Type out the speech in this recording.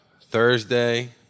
Thursday